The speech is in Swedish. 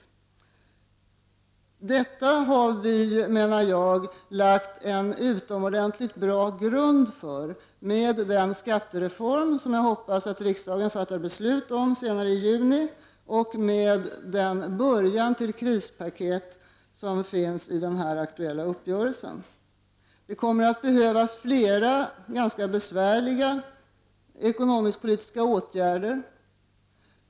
Enligt min mening har vi lagt en utomordentligt bra grund för detta i och med den skattereform som vi hoppas att riksdagen fattar beslut om senare i juni och med den början till krispaket som finns i den nu aktuella uppgörelsen. Det kommer att behövas flera ganska besvärliga ekonomisk-politiska åtgärder.